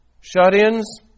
shut-ins